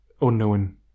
Unknown